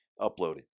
uploaded